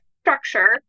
structure